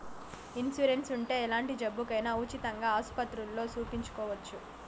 insurance ఉంటే ఎలాంటి జబ్బుకైనా ఉచితంగా ఆస్పత్రుల్లో సూపించుకోవచ్చు